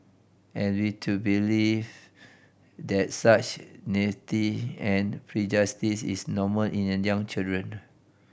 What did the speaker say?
and we to believe that such naivety and prejudice is normal in young children